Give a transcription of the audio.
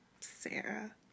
Sarah